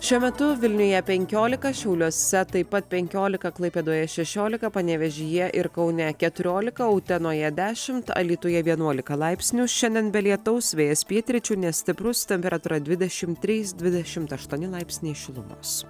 šiuo metu vilniuje penkiolika šiauliuose taip pat penkiolika klaipėdoje šešiolika panevėžyje ir kaune keturolika utenoje dešimt alytuje vienuolika laipsnių šiandien be lietaus vėjas pietryčių nestiprus temperatūra dvidešim trys dvidešimt aštuoni laipsniai šilumos